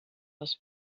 was